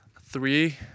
Three